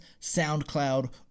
SoundCloud